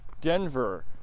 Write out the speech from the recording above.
Denver